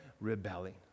rebelling